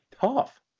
tough